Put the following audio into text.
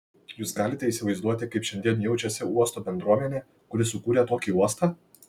jūs galite įsivaizduoti kaip šiandien jaučiasi uosto bendruomenė kuri sukūrė tokį uostą